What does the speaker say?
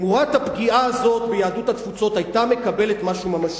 תמורת הפגיעה הזאת ביהדות התפוצות היתה מקבלת משהו ממשי,